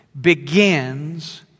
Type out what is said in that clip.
begins